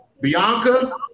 Bianca